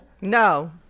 No